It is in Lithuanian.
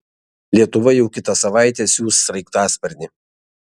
lietuva jau kitą savaitę siųs sraigtasparnį